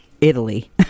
Italy